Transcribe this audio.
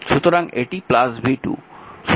সুতরাং এটি v2